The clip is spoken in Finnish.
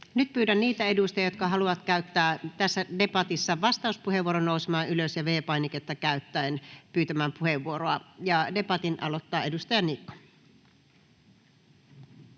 Nyt pyydän niitä edustajia, jotka haluavat käyttää tässä debatissa vastauspuheenvuoron, nousemaan ylös ja V-painiketta käyttäen pyytämään puheenvuoroa. — Ja debatin aloittaa edustaja Niikko.